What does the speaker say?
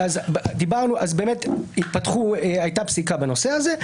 הייתה פסיקה בנושא הזה.